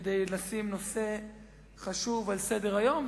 כדי לשים נושא חשוב על סדר-היום.